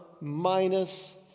minus